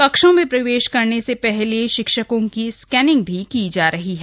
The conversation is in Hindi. कक्षों में प्रवेश करने से पहले शिक्षकों की स्कैनिंग भीकी जा रही है